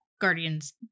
guardians